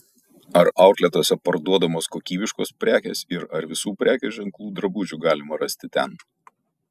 ar autletuose parduodamos kokybiškos prekės ir ar visų prekės ženklų drabužių galima rasti ten